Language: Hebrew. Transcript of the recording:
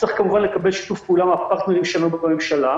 נצטרך כמובן לקבל שיתוף פעולה מן הפרטנרים שלנו בממשלה.